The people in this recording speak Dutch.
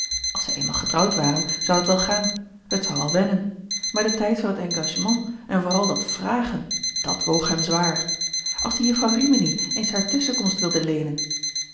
als zij eenmaal getrouwd waren zou het wel gaan het zou wel wennen maar de tijd van het engagement en vooral dat vragen dat woog hem zwaar als die jufvrouw rimini eens hare tusschenkomst wilde leenen